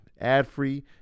ad-free